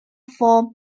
for